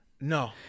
No